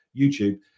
YouTube